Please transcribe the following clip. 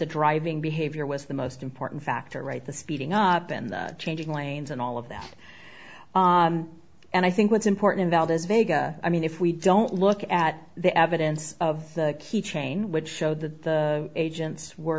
the driving behavior was the most important factor right the speeding up and changing lanes and all of that and i think what's important in that as vega i mean if we don't look at the evidence of the key chain which showed that the agents were